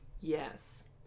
Yes